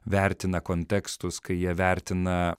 vertina kontekstus kai jie vertina